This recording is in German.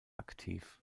aktiv